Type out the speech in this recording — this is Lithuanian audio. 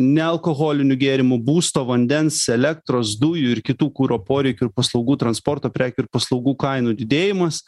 nealkoholinių gėrimų būsto vandens elektros dujų ir kitų kuro poreikių ir paslaugų transporto prekių ir paslaugų kainų didėjimas